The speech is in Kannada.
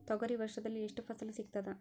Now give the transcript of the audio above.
ತೊಗರಿ ವರ್ಷದಲ್ಲಿ ಎಷ್ಟು ಫಸಲ ಸಿಗತದ?